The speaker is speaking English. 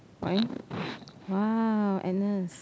why !wow! Agnes